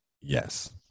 yes